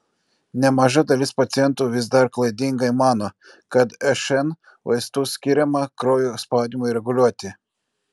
nemaža dalis pacientų vis dar klaidingai mano kad šn vaistų skiriama kraujo spaudimui reguliuoti